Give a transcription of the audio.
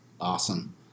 Awesome